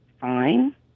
fine